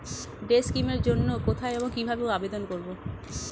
Day scheme এর জন্য কোথায় এবং কিভাবে আবেদন করব?